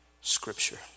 scripture